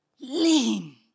lean